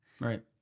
Right